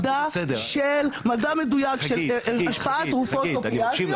מדע מדויק של השפעה תרופות אופיאטיות